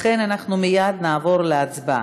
לכן אנחנו מייד נעבור להצבעה.